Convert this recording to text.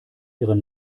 ihre